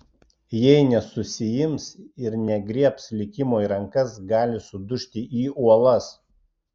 jei nesusiims ir negriebs likimo į rankas gali sudužti į uolas